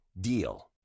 DEAL